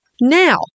Now